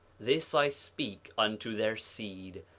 this i speak unto their seed,